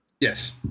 Yes